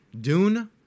Dune